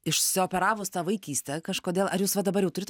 išsioperavus tą vaikystę kažkodėl ar jūs va dabar jau turit